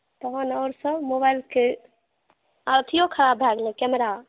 तहन आओरसभ मोबाइलके अथिओ खराब भए गेलै कैमरा